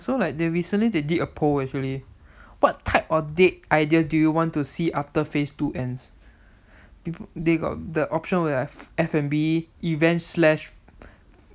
so like they recently they did a poll actually what type of date idea do you want to see after phase two ends they got the option over there F&B events slash